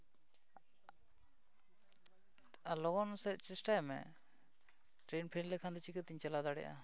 ᱞᱚᱜᱚᱱ ᱥᱟᱺᱦᱤᱡ ᱪᱮᱥᱴᱟᱭ ᱢᱮ ᱴᱨᱮ ᱱ ᱯᱷᱮ ᱞ ᱞᱮᱠᱷᱟᱱ ᱫᱚ ᱪᱤᱠᱟᱹᱛᱤᱧ ᱪᱟᱞᱟᱣ ᱫᱟᱲᱮᱭᱟᱜᱼᱟ